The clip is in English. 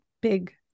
big